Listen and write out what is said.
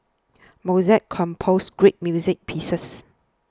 Mozart composed great music pieces